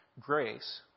grace